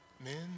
men